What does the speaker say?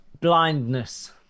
blindness